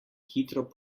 hitro